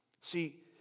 See